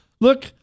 Look